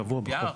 זה קבוע בחוק.